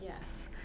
Yes